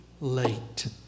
late